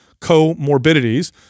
comorbidities